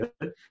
good